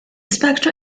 spectra